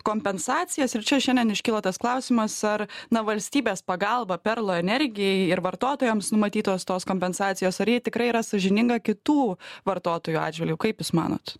kompensacijas ir čia šiandien iškyla tas klausimas ar na valstybės pagalba perlo energijai ir vartotojams numatytos tos kompensacijos ar jie tikrai yra sąžininga kitų vartotojų atžvilgiu kaip jūs manot